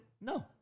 No